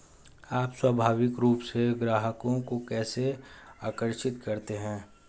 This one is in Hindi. आप स्वाभाविक रूप से ग्राहकों को कैसे आकर्षित करते हैं?